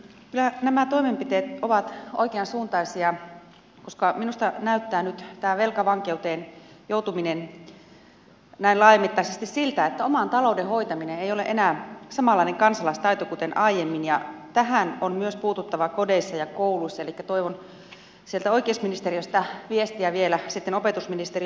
kyllä nämä toimenpiteet ovat oikeansuuntaisia koska minusta näyttää nyt tämä velkavankeuteen joutuminen näin laajamittaisesti siltä että oman talouden hoitaminen ei ole enää samanlainen kansalaistaito kuten aiemmin ja tähän on puututtava myös kodeissa ja kouluissa elikkä toivon sieltä oikeusministeriöstä viestiä vielä sitten opetusministeriön puolelle